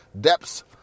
depths